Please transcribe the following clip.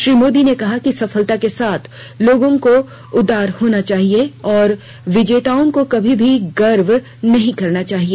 श्री मोदी ने कहा कि सफलता के साथ लोगों को उदार होना चाहिए और विजेताओं को कभी गर्व नहीं करना चाहिए